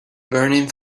burning